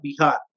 Bihar